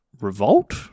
revolt